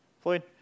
Floyd